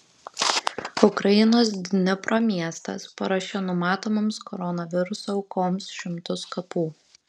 ukrainos dnipro miestas paruošė numatomoms koronaviruso aukoms šimtus kapų